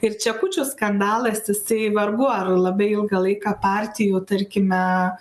ir čekučiu skandalas jisai vargu ar labai ilgą laiką partijų tarkime